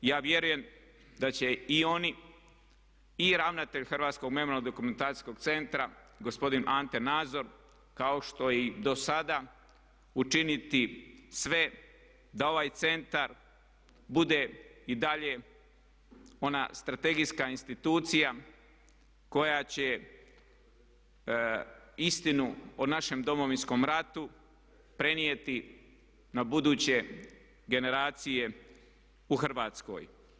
I ja vjerujem da će i oni i ravnatelj Hrvatskog memorijalno dokumentacijskog centra gospodin Ante Nazor kao što je i do sada, učiniti sve da ovaj centar bude i dalje ona strategijska institucija koja će istinu o našem Domovinskom ratu prenijeti na buduće generacije u Hrvatskoj.